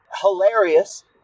hilarious